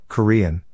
Korean